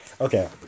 Okay